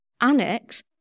annex